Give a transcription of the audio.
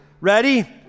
Ready